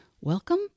Welcome